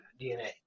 DNA